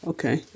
Okay